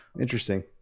Interesting